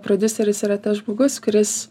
prodiuseris yra tas žmogus kuris